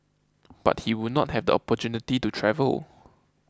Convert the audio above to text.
but he would not have the opportunity to travel